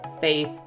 faith